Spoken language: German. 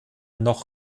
noch